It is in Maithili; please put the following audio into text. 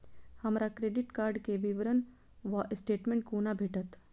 हमरा क्रेडिट कार्ड केँ विवरण वा स्टेटमेंट कोना भेटत?